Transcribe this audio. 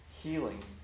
healing